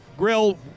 Grill